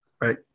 Right